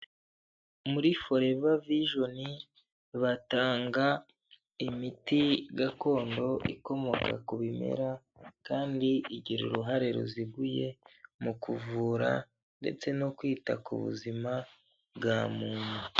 Muri foreva vijoni batanga imiti gakondo ikomoka ku bimera, kandi igira uruhare ruziguye mu kuvura ndetse no kwita ku buzima bwa muntu.